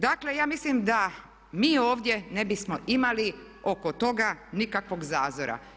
Dakle, ja mislim da mi ovdje ne bismo imali oko toga nikakvog zazora.